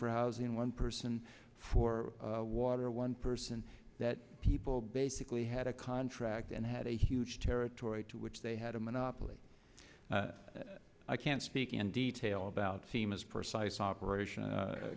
for housing one person for water one person that people basically had a contract and had a huge territory to which they had a monopoly i can't speak in detail about seem as precise operation